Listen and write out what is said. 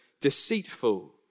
deceitful